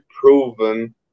proven